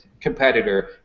competitor